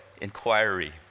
inquiry